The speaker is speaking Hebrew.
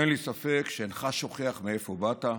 אין לי ספק שאינך שוכח מאיפה באת,